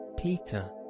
Peter